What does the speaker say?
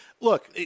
Look